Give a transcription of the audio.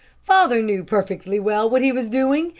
father knew perfectly well what he was doing,